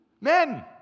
Men